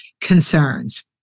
concerns